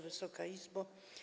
Wysoka Izbo!